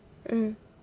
mm